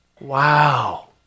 Wow